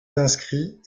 inscrits